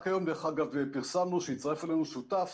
רק היום,